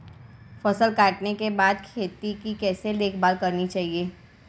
फसल काटने के बाद खेत की कैसे देखभाल करनी चाहिए?